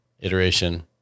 iteration